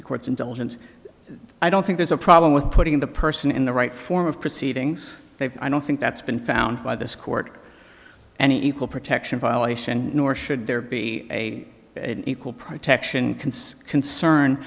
the courts indulgence i don't think there's a problem with putting the person in the right form of proceedings i don't think that's been found by this court and equal protection violation nor should there be a equal protection concern